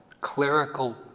clerical